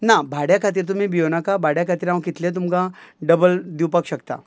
ना भाड्या खातीर तुमी भियो नाका भाड्या खातीर हांव कितले तुमकां डबल दिवपाक शकता